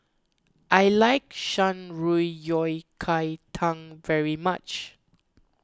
I like Shan Rui Yao Kai Tang very much